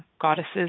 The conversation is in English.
goddesses